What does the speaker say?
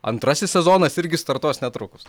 antrasis sezonas irgi startuos netrukus